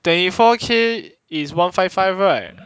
twenty four K is one five five right